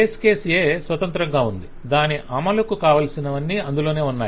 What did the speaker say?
base case A స్వతంత్రంగా ఉంది దాని అమలుకు కావలసినవన్నీ అందులోనే ఉన్నాయి